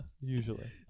Usually